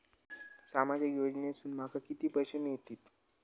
सामाजिक योजनेसून माका किती पैशे मिळतीत?